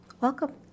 Welcome